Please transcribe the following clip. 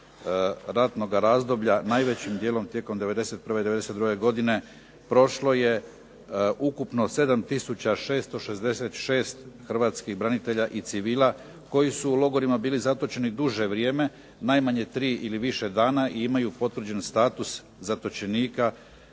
Hrvatskih branitelja i civila, koji su u logorima bili zatočeni duže vrijeme, najmanje 3 ili više dana i imaju potvrđen status zatočenika